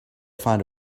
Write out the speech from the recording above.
find